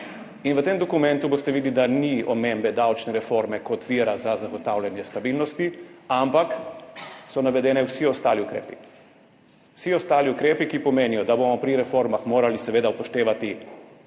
V tem dokumentu boste videli, da ni omembe davčne reforme kot vira za zagotavljanje stabilnosti, ampak so navedeni vsi ostali ukrepi, ki pomenijo, da bomo pri reformah seveda morali upoštevati